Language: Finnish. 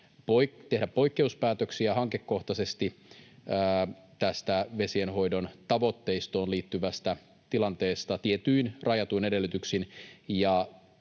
tehdä poikkeuspäätöksiä hankekohtaisesti vesienhoidon tavoitteistoon liittyvästä tilanteesta tietyin rajatuin edellytyksin.